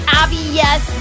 obvious